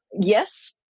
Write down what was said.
yes